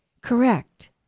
Correct